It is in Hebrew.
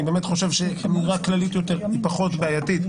אני באמת חושב שאמירה כללית יותר היא פחות בעייתית.